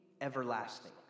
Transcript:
everlasting